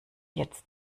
jetzt